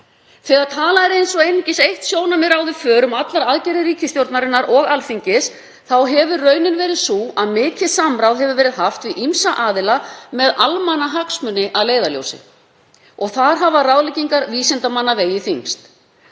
Þegar talað er eins og einungis eitt sjónarmið ráði för um allar aðgerðir ríkisstjórnarinnar og Alþingis þá hefur raunin verið sú að mikið samráð hefur verið haft við ýmsa aðila með almannahagsmuni að leiðarljósi. Þar hafa ráðleggingar vísindamanna vegið þyngst.